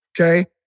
okay